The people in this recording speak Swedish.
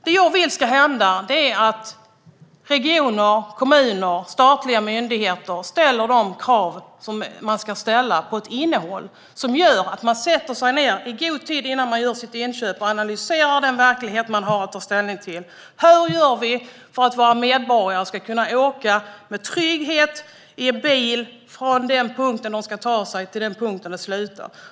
Det jag vill ska hända är att regioner, kommuner, statliga myndigheter ställer de krav som man ska ställa på innehållet, att man sätter sig ned i god tid innan man gör sitt inköp och analyserar den verklighet man har att ta ställning till: Hur gör vi för att våra medborgare ska kunna åka tryggt i bil från en punkt till en annan?